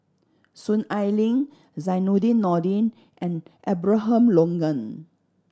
Soon Ai Ling Zainudin Nordin and Abraham Logan